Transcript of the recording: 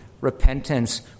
repentance